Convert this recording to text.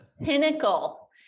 pinnacle